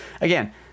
Again